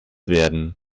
werden